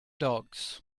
dogs